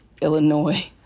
Illinois